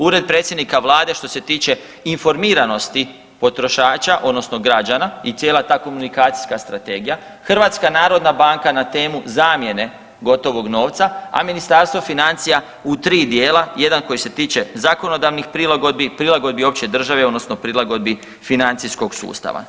Ured predsjednika vlade što se tiče informiranosti potrošača odnosno građana i cijela ta komunikacijska strategija HNB na temu zamjene gotovog novca, a Ministarstvo financija u 3 dijela, jedan koji se tiče zakonodavnih prilagodbi, prilagodbi opće države odnosno prilagodbi financijskog sustava.